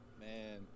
Man